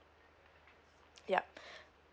yup